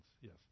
Yes